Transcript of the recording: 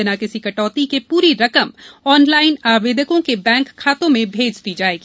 बिना किसी कटौती के पूरी रकम ऑनलाइन आवेदकों के बैंक खातों में भेज दी जाएगी